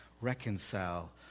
reconcile